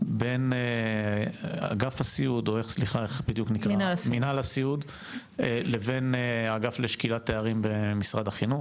בין מנהל הסיעוד לבין אגף לשקילת תארים במשרד החינוך,